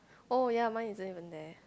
oh ya mine isn't even there